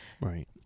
Right